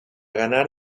ganar